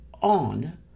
on